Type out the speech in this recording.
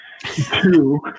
Two